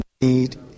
need